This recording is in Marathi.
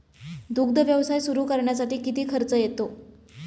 दुग्ध व्यवसाय सुरू करण्यासाठी किती खर्च येतो?